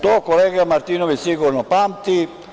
To kolega Martinović sigurno pamti.